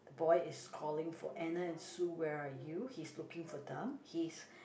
boy is calling for Anna and Sue where are you he's looking for them he's